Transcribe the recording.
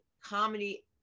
comedy